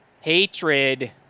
hatred